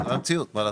זו המציאות.